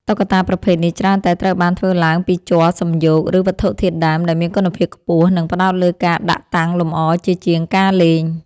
តុក្កតាប្រភេទនេះច្រើនតែត្រូវបានធ្វើឡើងពីជ័រសំយោគ ឬវត្ថុធាតុដើម ដែលមានគុណភាពខ្ពស់ និងផ្ដោតលើការដាក់តាំងលម្អជាជាងការលេង។